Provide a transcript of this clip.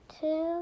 two